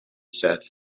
said